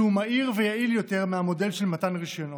שהוא מהיר ויעיל יותר מהמודל של מתן רישיונות.